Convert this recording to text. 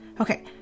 okay